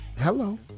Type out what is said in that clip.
hello